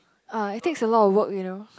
uh it takes a lot of work you know